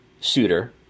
suitor